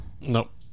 Nope